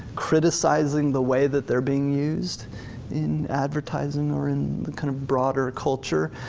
criticizing the way that they're being used in advertising or in kind of broader culture,